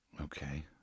Okay